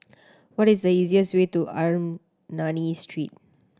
what is the easiest way to Ernani Street